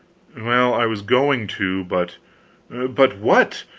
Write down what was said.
well, i was going to, but but what?